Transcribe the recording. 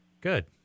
Good